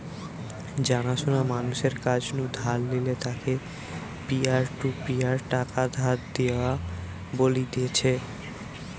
জানা শোনা মানুষের কাছ নু ধার নিলে তাকে পিয়ার টু পিয়ার টাকা ধার দেওয়া বলতিছে